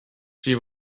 she